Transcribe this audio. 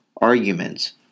arguments